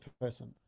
person